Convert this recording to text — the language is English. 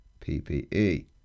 PPE